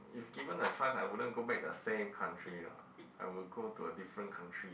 if given a chance I wouldn't go back the same country lor I will go to a different country